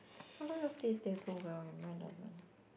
how come yours stays there so well and mine doesn't